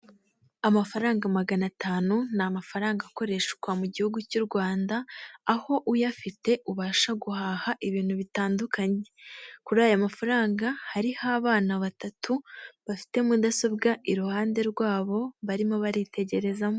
Amafaranga magana atanu, ni amafaranga akoreshwa mu gihugu cy'u Rwanda, aho uyafite ubasha guhaha ibintu bitandukanye. Kuri aya mafaranga hariho abana batatu bafite mudasobwa iruhande rwabo barimo baritegerezamo.